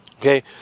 okay